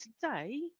today